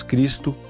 Cristo